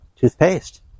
toothpaste